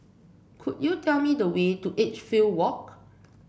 could you tell me the way to Edgefield Walk